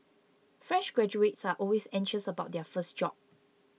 fresh graduates are always anxious about their first job